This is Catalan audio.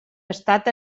estat